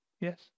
Yes